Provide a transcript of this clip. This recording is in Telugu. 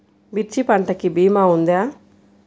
మిర్చి పంటకి భీమా ఉందా?